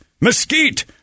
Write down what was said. mesquite